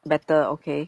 better okay